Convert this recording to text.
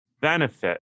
benefit